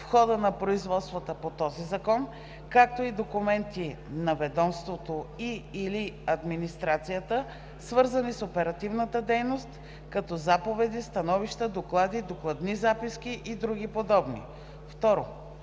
в хода на производствата по този закон, както и документи на ведомството и/или администрацията, свързани с оперативната дейност, като заповеди, становища, доклади, докладни записки, и други подобни. 2.